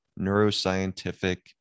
neuroscientific